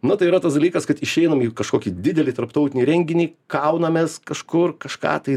na tai yra tas dalykas kad išeinam į kažkokį didelį tarptautinį renginį kaunamės kažkur kažką tai